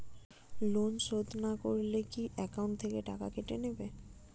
Loan না শোধ করলে কি একাউন্ট থেকে টাকা কেটে নেবে?